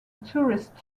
tourist